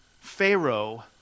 Pharaoh